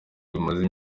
bimaze